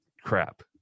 Crap